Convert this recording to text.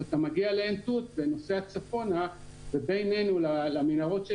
אבל אתה מגיע לעין תות כשאתה נוסע צפונה ובינינו למנהרות של